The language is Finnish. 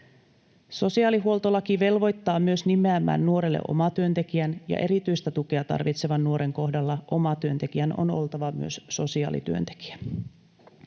Sosiaalihuoltolaki velvoittaa myös nimeämään nuorelle omatyöntekijän, ja erityistä tukea tarvitsevan nuoren kohdalla omatyöntekijän on oltava myös sosiaalityöntekijä.